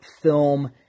film